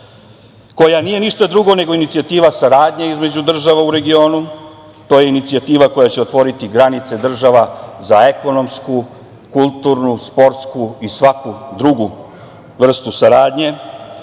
koja nije ništa drugo nego inicijativa saradnje između država u regionu. To je inicijativa koja će otvoriti granice država za ekonomsku, kulturnu, sportsku i svaku drugu vrstu saradnje.